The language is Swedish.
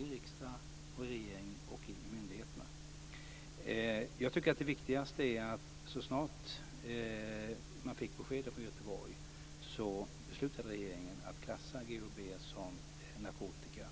i riksdagen, regeringen och hos myndigheterna. Jag tycker att det viktigaste är att så snart man fick beskedet från Göteborg beslutade regeringen att klassa GHB som narkotika.